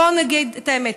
בואו נגיד את האמת,